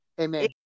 Amen